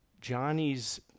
Johnny's